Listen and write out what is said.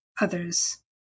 others